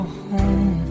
home